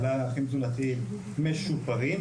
בעלי ערכים תזונתיים משופרים,